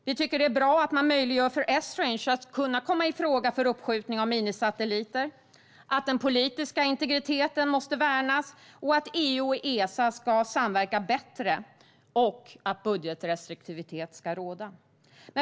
Vi tycker att det är bra att man möjliggör för Esrange att kunna komma i fråga för uppskjutning av minisatelliter, att den personliga integriteten måste värnas, att EU och Esa ska samverka bättre och att budgetrestriktivitet ska råda.